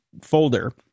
folder